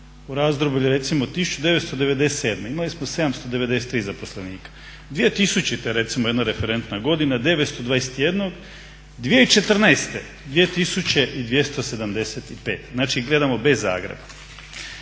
u razdoblju recimo od 1997.imali smo 793 zaposlenika, 2000.recimo jedna referentna godina 921, 2014. 2,275 znači gledamo bez Zagreba.